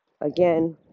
again